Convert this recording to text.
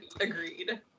Agreed